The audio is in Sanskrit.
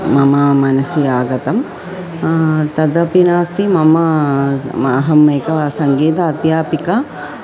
मम मनसि आगतं तदपि नास्ति मम अहम् एकं वा सङ्गीतम् अध्यापिका